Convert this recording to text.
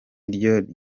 ryo